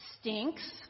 stinks